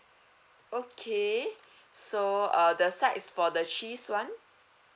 okay so uh the sides for the cheese [one]